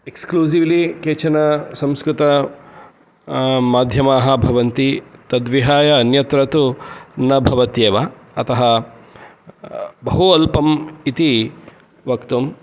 exclusively केचन संस्कृत माध्यमाः भवन्ति तद्विहाय अन्यत्र तु न भवत्येव अतः बहु अल्पम् इति वक्तुं